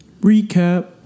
Recap